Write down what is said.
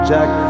Jack